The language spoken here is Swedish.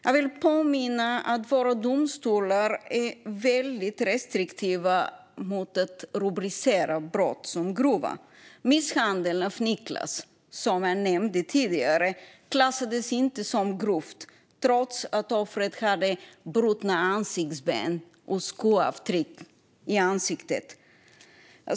Jag vill påminna om att våra domstolar är väldigt restriktiva med att rubricera brott som grova. Misshandeln av Niclas som jag nämnde tidigare klassades inte som grov trots att offret hade brutna ansiktsben och skoavtryck i ansiktet.